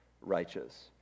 righteous